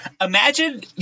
Imagine